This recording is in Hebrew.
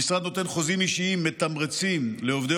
המשרד נותן חוזים אישיים מתמרצים לעובדי